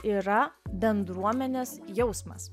yra bendruomenės jausmas